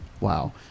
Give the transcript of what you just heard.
wow